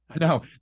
No